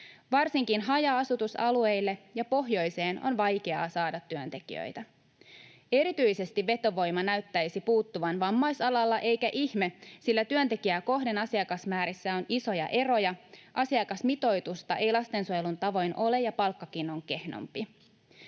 Varsinkin haja-asutusalueille ja pohjoiseen on vaikeaa saada työntekijöitä. Erityisesti vetovoima näyttäisi puuttuvan vammaisalalla, eikä ihme, sillä työntekijää kohden asiakasmäärissä on isoja eroja. Asiakasmitoitusta ei lastensuojelun tavoin ole, ja palkkakin on kehnompi.